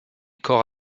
corps